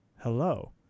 Hello